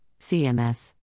CMS